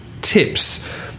tips